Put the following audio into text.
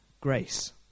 Grace